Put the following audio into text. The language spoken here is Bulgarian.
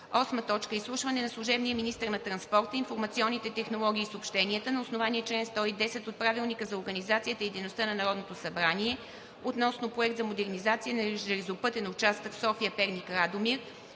четвъртък. 8. Изслушване на служебния министър на транспорта, информационните технологии и съобщенията на основание чл. 110 от Правилника за организацията и дейността на Народното събрание относно: Проект за модернизация на железопътен участък: „София – Перник – Радомир“